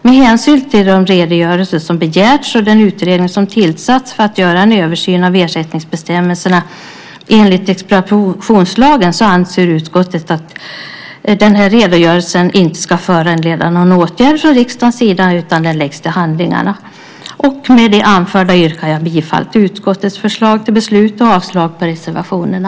Med hänsyn till de redogörelser som begärts och den utredning som tillsatts för att göra en översyn av ersättningsbestämmelserna enligt expropriationslagen anser utskottet att Riksrevisionens redogörelse inte ska föranleda någon åtgärd från riksdagens sida utan den läggs till handlingarna. Med det anförda yrkar jag bifall till utskottets förslag till beslut och avslag på reservationerna.